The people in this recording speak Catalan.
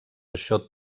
això